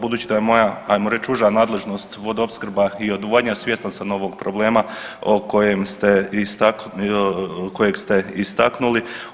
Budući da je moja, ajmo reći, uža nadležnost vodoopskrba i odvodnja, svjestan sam ovog problema o kojem ste .../nerazumljivo/... kojeg ste istaknuli.